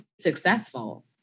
successful